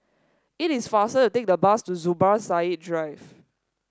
it is faster to take the bus to Zubir Said Drive